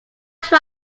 try